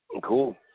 Cool